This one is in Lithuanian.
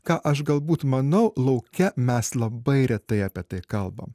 ką aš galbūt manau lauke mes labai retai apie tai kalbam